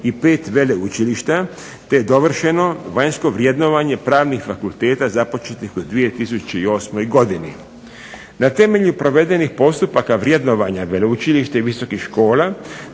i 5 veleučilišta, te dovršeno vanjsko vrjednovanje Pravnih fakulteta započetih u 2008. godini. Na temelju provedenih postupaka vrjednovanja veleučilišta i visokih škola